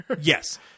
Yes